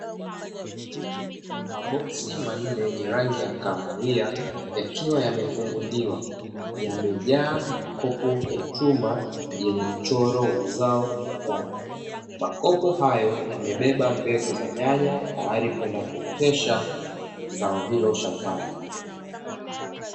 Maboksi manne yenye rangi ya kahawia yakiwa yamefunguliwa, yamejaa makopo ya chuma yenye mchoro wa zao la nyanya. Makopo hayo yamebeba mbegu za nyanya tayari kwenda kuotesha zao hilo shambani.